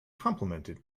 complimented